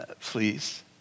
please